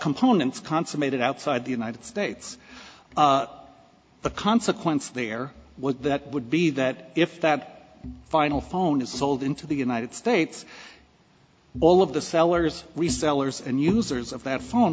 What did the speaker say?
components consummated outside the united states the consequence there was that would be that if that final phone is sold into the united states all of the sellers resellers and users of that phone